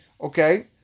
okay